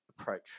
approach